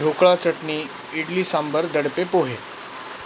dhokla chutney idli sambar dadpe पोहे